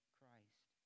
Christ